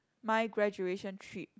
my graduation trip